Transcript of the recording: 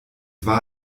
war